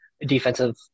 defensive